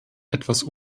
etwas